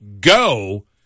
go